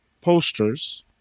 posters